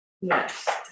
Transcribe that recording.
Yes